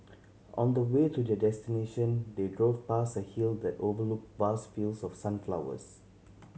on the way to their destination they drove past a hill that overlooked vast fields of sunflowers